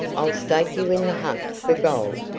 i'll stake you in the hunt for gold.